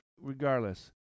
regardless